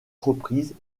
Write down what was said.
reprises